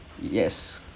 yes